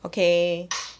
okay